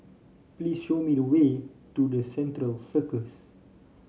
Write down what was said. please show me the way to the Central Circus